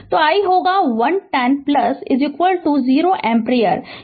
तो i होगा i 1 0 0 ampere है